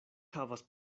havas